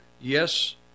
yes